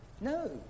No